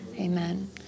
Amen